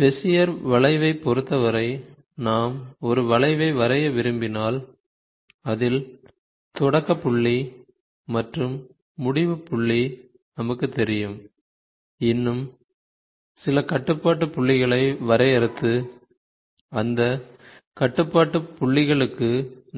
Bezier வளைவைப் பொருத்தவரை நாம் ஒரு வளைவை வரைய விரும்பினால் அதில் தொடக்க புள்ளி மற்றும் முடிவு புள்ளி நமக்குத் தெரியும் இன்னும் சில கட்டுப்பாட்டு புள்ளிகளை வரையறுத்து அந்த கட்டுப்பாட்டு புள்ளிகளுக்கு